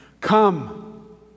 Come